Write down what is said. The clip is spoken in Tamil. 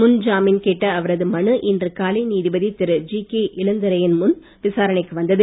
முன் ஜாமீன் கேட்ட அவரது மனு இன்று காலை நீதிபதி திரு ஜிகே இளந்திரையன் முன் விசாரணைக்கு வந்தது